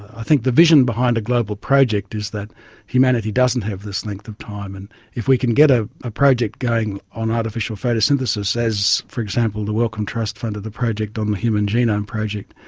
i think the vision behind a global project is that humanity doesn't have this length of time, and if we can get a ah project going on artificial photosynthesis as, for example, the wellcome trust funded the project on the human genome project,